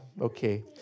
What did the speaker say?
okay